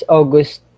August